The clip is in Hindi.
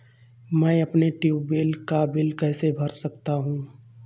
मैं अपने ट्यूबवेल का बिल कैसे भर सकता हूँ?